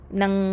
ng